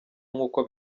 nkuko